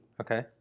okay